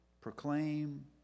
proclaim